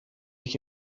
ich